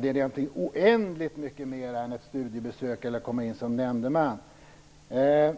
Det är oändligt mycket mer än ett studiebesök eller att komma in som nämndemän. När